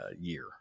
year